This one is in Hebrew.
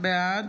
בעד